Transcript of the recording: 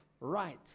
right